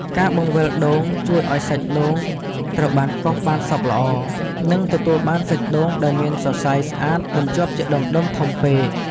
ការបង្វិលដូងជួយឱ្យសាច់ដូងត្រូវបានកោសបានសព្វល្អ និងទទួលបានសាច់ដូងដែលមានសរសៃស្អាតមិនជាប់ជាដុំៗធំពេក។